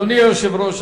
אדוני היושב-ראש,